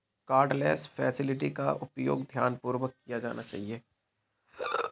cardless facility का उपयोग ध्यानपूर्वक किया जाना चाहिए